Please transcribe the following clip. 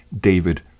David